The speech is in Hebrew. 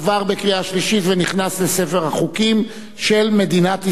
עבר בקריאה שלישית ונכנס לספר החוקים של מדינת ישראל.